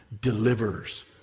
delivers